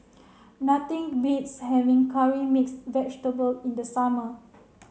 nothing beats having curry mix vegetable in the summer